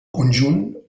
conjunt